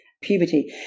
puberty